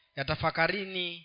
Yatafakarini